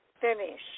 finish